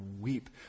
weep